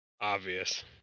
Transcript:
obvious